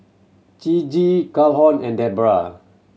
Ciji Calhoun and Debroah